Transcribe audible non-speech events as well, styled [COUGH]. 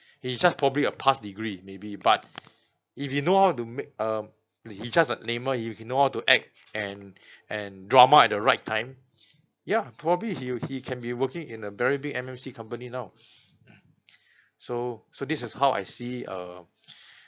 he just probably a past degree maybe but if he know how to make um he just a neymar you he know how to act and and drama at the right time yeah probably he'll he can be working in a very big M_M_C company now [BREATH] [NOISE] so so this is how I see err